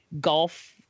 golf